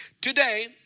Today